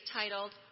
titled